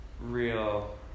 real